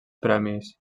premis